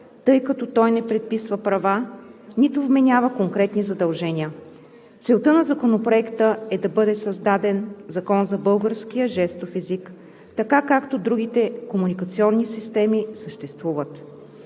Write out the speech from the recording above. тъй като той не предписва права, нито вменява конкретни задължения. Целта на Законопроекта е да бъде създаден Закон за българския жестов език така, както другите комуникационни системи съществуват.